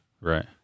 right